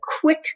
quick